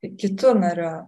kitu nariu